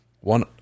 one